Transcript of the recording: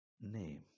name